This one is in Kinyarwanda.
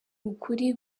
ukuri